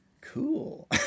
cool